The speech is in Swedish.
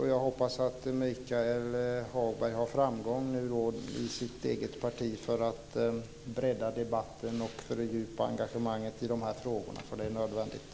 Jag hoppas att Michael Hagberg har framgång i sitt eget parti när det gäller att bredda debatten och fördjupa engagemanget i dessa frågor, för det är nödvändigt.